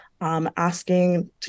asking